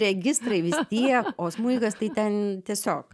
registrai vis tiek o smuikas tai ten tiesiog